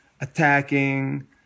attacking